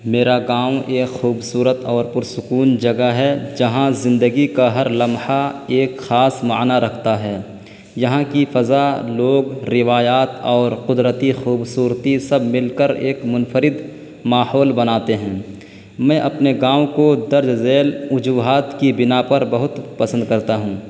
میرا گاؤں ایک خوبصورت اور پر سکون جگہ ہے جہاں زندگی کا ہر لمحہ ایک خاص معنیٰ رکھتا ہے یہاں کی فضا لوگ روایات اور قدرتی خوبصورتی سب مل کر ایک منفرد ماحول بناتے ہیں میں اپنے گاؤں کو درج ذیل وجوہات کی بنا پر بہت پسند کرتا ہوں